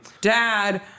dad-